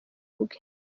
bwe